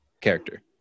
character